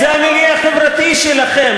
זה המיליה החברתי שלכם,